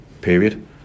period